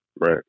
Right